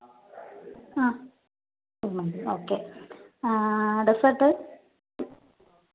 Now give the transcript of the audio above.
uh kuzhimanthi okay dessert